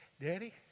Daddy